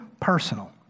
personal